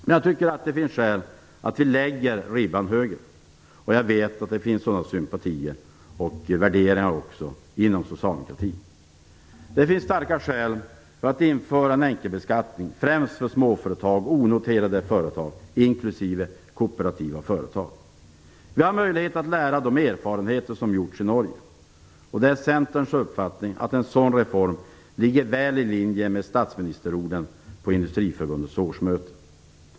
Men jag tycker att det finns skäl att vi lägger ribban högre, och jag vet att det finns sådana sympatier och värderingar också inom socialdemokratin. Det finns starka skäl för att införa en enkelbeskattning, främst för småföretag och onoterade företag inklusive kooperativa företag. Vi har möjlighet att lära av de erfarenheter som gjorts i Norge. Det är Centerns uppfattning att en sådan reform ligger väl i linje med statsministerns ord på Industriförbundets årsmöte.